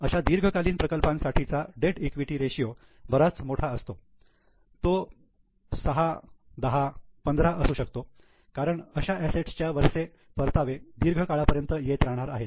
अशा दीर्घकालीन प्रकल्पांसाठीचा डेट ईक्विटी रेशियो बराच मोठा असतो तो 6 10 15 असू शकतो कारण अशा असेटच्या वरचे परतावे दीर्घ काळापर्यंत येत राहणार आहेत